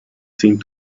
seemed